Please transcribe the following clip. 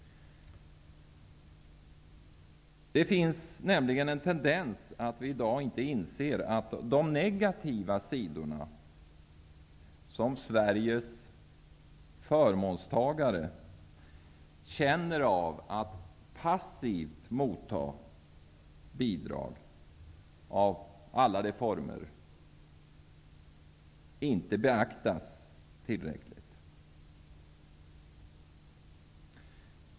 Det finns nämligen en tendens att vi i dag inte inser att de negativa sidor, som Sveriges förmånstagare känner av att passivt motta bidrag av alla de former, inte beaktas tillräckligt.